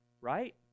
right